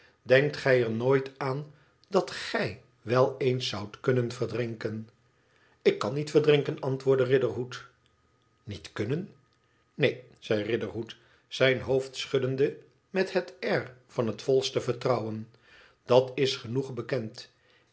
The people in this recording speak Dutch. denkt gij er nooit aan dat gij wel eens zoudt kunnen verdrinken ik kan niet verdrinken antwoordde riderhood niet kunnen neen zei riderhood zijn hoofd schuddende met het air van het volste vertrouwen dat is genoeg bekend